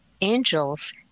angels